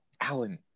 Alan